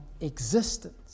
existence